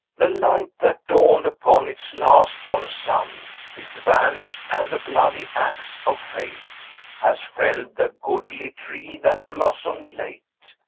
the light that dawned upon its last born son is vanished, and the bloody axe of fate has felled the goodly tree that blossomed late.